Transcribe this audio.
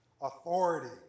authority